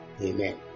Amen